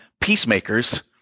peacemakers